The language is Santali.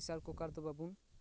ᱯᱮᱥᱟᱨ ᱠᱩᱠᱟᱨ ᱫᱚ ᱵᱟᱵᱚᱱ